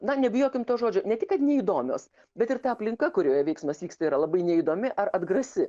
na nebijokim to žodžio ne tik kad neįdomios bet ir ta aplinka kurioje veiksmas vyksta yra labai neįdomi ar atgrasi